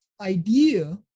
idea